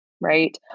right